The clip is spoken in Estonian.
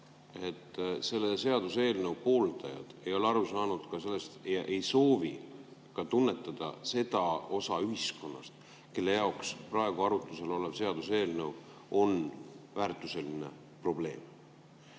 selle seaduseelnõu pooldajad ei ole sellest aru saanud ega soovi tunnetada seda osa ühiskonnast, kelle jaoks praegu arutusel olev seaduseelnõu on väärtuseline probleem.